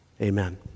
Amen